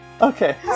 Okay